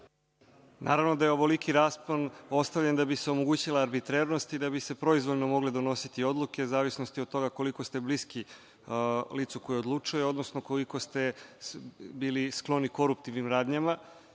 Naravno da je ovoliki raspon ostavljen da bi se omogućila arbitrernost i da bi se proizvoljno mogle donositi odluke, u zavisnosti od toga koliko ste bliski licu koje odlučuje, odnosno koliko ste bili skloni koruptivnim radnjama. Mi